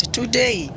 Today